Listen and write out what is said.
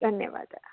धन्यवादः